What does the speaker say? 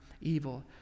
evil